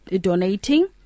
donating